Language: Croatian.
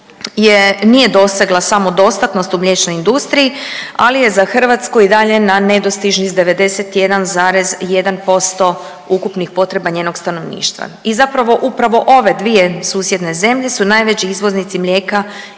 nije dosegla samodostatnost u mlječnoj industriji, ali je za Hrvatsku i dalje na nedostižnih s 91,1% ukupnih potreba njenog stanovništva i zapravo upravo ove dvije susjedne zemlje su najveći izvoznici mlijeka